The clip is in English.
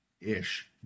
ish